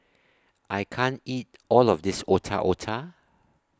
I can't eat All of This Otak Otak